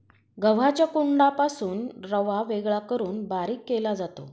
गव्हाच्या कोंडापासून रवा वेगळा करून बारीक केला जातो